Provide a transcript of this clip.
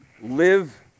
live